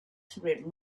hundred